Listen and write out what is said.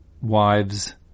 wives